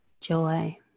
joy